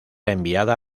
enviada